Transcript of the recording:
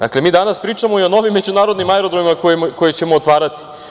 Dakle, mi danas pričamo i o novim međunarodnim aerodromima koje ćemo otvarati.